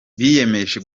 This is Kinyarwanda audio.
biyemeje